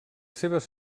seves